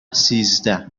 سیزده